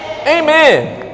amen